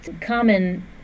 common